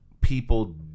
people